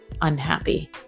unhappy